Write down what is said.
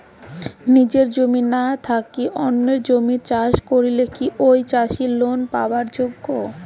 নিজের জমি না থাকি অন্যের জমিত চাষ করিলে কি ঐ চাষী লোন পাবার যোগ্য?